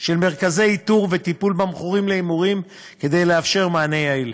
של מרכזים לאיתור מכורים להימורים וטיפול בהם כדי לאפשר מענה יעיל,